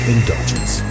Indulgence